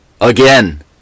Again